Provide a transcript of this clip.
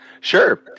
Sure